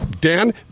Dan